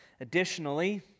Additionally